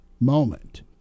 moment